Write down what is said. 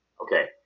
okay